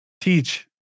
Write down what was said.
teach